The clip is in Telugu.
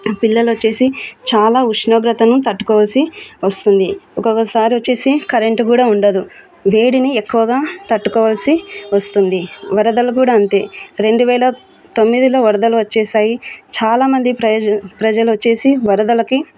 పిల్లలోచ్చేసి చాలా ఉష్ణోగ్రతను తట్టుకోవాల్సి వస్తుంది ఒక్కొక్కసారి వచ్చేసి కరెంటు కూడా ఉండదు వేడిని ఎక్కువగా తట్టుకోవాల్సి వస్తుంది వరదలు కూడా అంతే రెండు వేల తొమ్మిదిలో వరదలు వచ్చేసాయి చాలామంది ప్ర ప్రజలు వచ్చేసి వరదలకి